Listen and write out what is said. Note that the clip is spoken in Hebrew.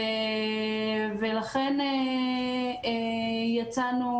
ולכן, יצאנו